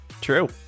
true